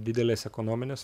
didelės ekonominės